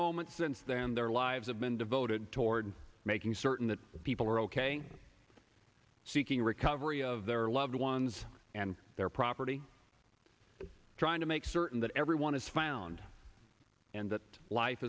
moment since then their lives have been devoted toward making certain that people are ok seeking recovery of their loved ones and their property and trying to make certain that everyone is found and that life